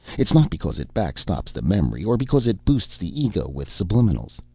it's not because it backstops the memory or because it boosts the ego with subliminals.